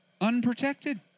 Unprotected